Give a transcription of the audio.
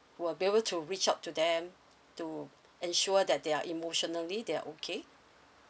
will be able to reach out to them to ensure that they are emotionally they are okay